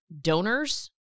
donors